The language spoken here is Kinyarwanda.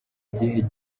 gihe